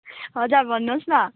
हजुर भन्नुहोस् न